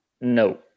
No